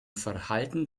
verhalten